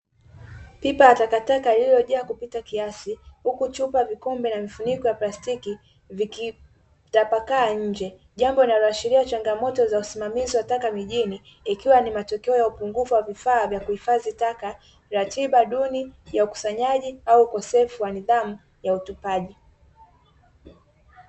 Pipa la takataka lililojaa kupita kiasi, huku chupa vikombe na mifuniko ya plastiki vikitapakaa nje, jambo linaloashiria changamoto zaa usimamizi wa taka mijini, ikiwa ni matokeo ya upungufu wa vifaa vya kuhifadhi taka, ratiba duni ya ukusanyaji au ukosefu wa nidhamu wa utupaji.